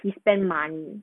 to spend money